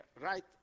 right